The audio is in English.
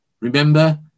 Remember